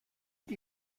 die